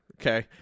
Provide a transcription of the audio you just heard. okay